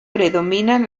predominan